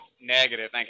Negative